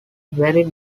vary